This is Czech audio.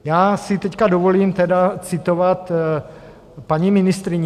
Já si teď dovolím tedy citovat paní ministryni.